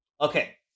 Okay